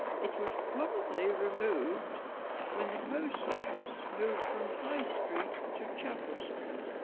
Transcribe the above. it was probably removed when the post office moved from high street to chapel street